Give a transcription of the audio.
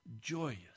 joyous